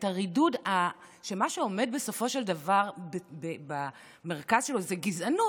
את הרידוד שמה שעומד בסופו של דבר במרכז שלו זה גזענות,